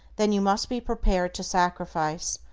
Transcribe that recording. then you must be prepared to sacrifice,